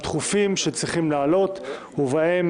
הדחופים שצריכים לעלות ובהם: